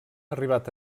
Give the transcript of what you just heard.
arribat